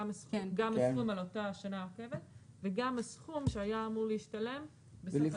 גם הסכום על אותה השנה העוקבת וגם הסכום שהיה אמור להשתלם בסוף התקופה.